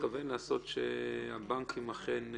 שמספרה 417 כעל דברים שיכולנו לעשות בעיקר בחלקים של אימות הלקוחות שלנו,